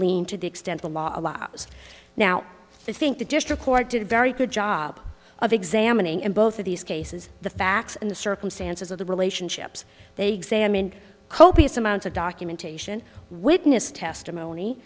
lien to the extent the law allows now think the district court did a very good job of examining in both of these cases the facts and the circumstances of the relationships they examined copious amounts of documentation witness testimony